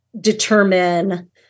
determine